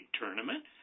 tournament